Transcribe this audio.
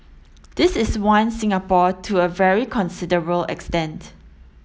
this is one Singapore to a very considerable extent